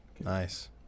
Nice